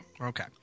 Okay